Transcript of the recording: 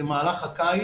במהלך הקיץ.